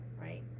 right